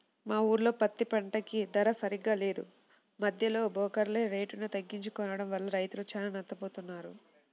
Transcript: మా ఊర్లో పత్తి పంటకి ధర సరిగ్గా లేదు, మద్దెలో బోకర్లే రేటుని తగ్గించి కొనడం వల్ల రైతులు చానా నట్టపోతన్నారు